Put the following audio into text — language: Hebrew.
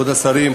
כבוד השרים,